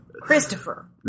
Christopher